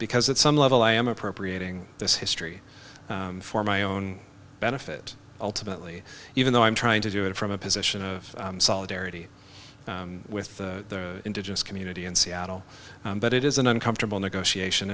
because at some level i am appropriating this history for my own benefit ultimately even though i'm trying to do it from a position of solidarity with the indigenous community in seattle but it is an uncomfortable negotiation